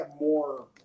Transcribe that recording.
more